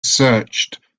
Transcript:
searched